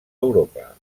europa